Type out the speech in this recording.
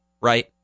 right